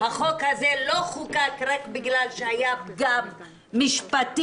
החוק הזה לא חוקק רק בגלל שהייתה פגיעה משפטית